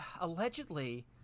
allegedly